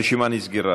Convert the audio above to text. הרשימה נסגרה.